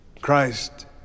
Christ